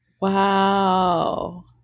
wow